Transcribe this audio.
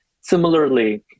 Similarly